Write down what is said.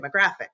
demographic